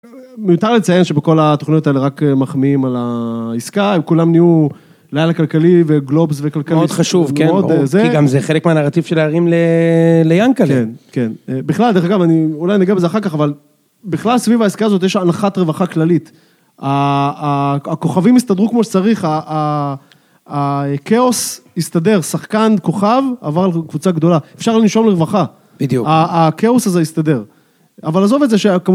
מיותר לציין שבכל התוכניות האלה רק מחמיאים על העסקה, הם כולם נהיו לילה כלכלי וגלובס וכלכלית. מאוד חשוב, כן. כי גם זה חלק מהנרטיב של ההרים ליענקל׳ה. כן. בכלל, דרך אגב, אני אולי ניגע בזה אחר כך, אבל בכלל סביב העסקה הזאת יש אנחת רווחה כללית. הכוכבים הסתדרו כמו שצריך, הכאוס הסתדר, שחקן כוכב עבר לקבוצה גדולה, אפשר לנשום לרווחה. בדיוק. הכאוס הזה הסתדר. אבל עזוב את זה שהיה